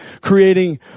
creating